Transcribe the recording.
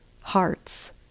hearts